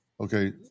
Okay